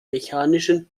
mechanischen